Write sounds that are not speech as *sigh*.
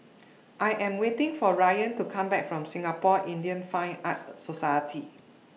I Am waiting For Rayan to Come Back from Singapore Indian Fine Arts *hesitation* Society